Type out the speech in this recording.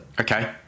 Okay